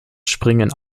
springen